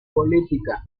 política